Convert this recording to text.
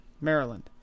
Maryland